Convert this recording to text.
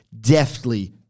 deftly